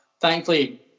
thankfully